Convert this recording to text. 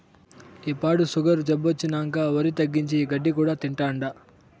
ఈ పాడు సుగరు జబ్బొచ్చినంకా ఒరి తగ్గించి, ఈ గడ్డి కూడా తింటాండా